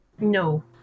No